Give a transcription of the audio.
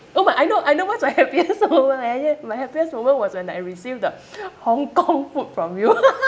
oh my I know I know what's my happiest moment ah yes my happiest moment was when I received the Hong Kong food from you